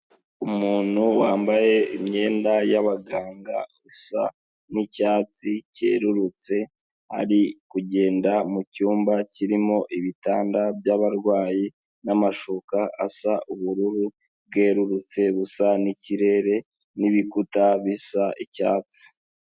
Umuntu wambaye imyenda y'abaganga usa n'icyatsi cyerurutse, ari kugenda mu cyumba kirimo ibitanda by'abarwayi, n'amashuka asa ubururu bwerurutse busa n'ikirere, n'ibikuta bisa icyatsi.